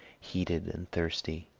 heated and thirsty.